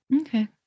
Okay